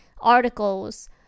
articles